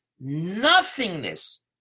nothingness